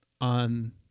on